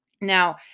Now